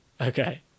Okay